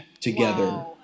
together